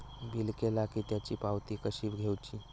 Bill केला की त्याची पावती कशी घेऊची?